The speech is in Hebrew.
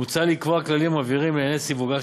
מוצע לקבוע כללים מבהירים לעניין סיווגה